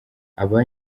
aba